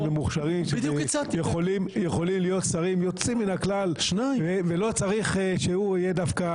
ומוכשרים שיכולים להיות שרים יוצאים מן הכלל ולא צריך שהוא דווקא